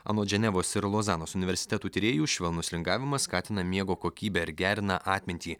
anot ženevos ir lozanos universitetų tyrėjų švelnus lingavimas skatina miego kokybę ir gerina atmintį